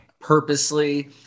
purposely